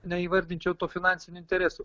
neįvardinčiau to finansiniu interesu